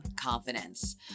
confidence